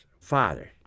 father